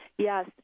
Yes